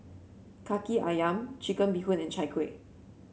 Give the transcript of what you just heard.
kaki ayam Chicken Bee Hoon and Chai Kueh